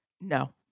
No